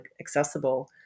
accessible